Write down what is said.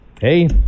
hey